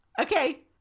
okay